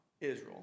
Israel